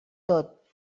tot